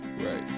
Right